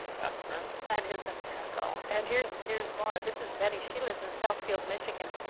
that's a miracle. that is a miracle. and here's here's more. this is betty. she lives in southfield, michigan.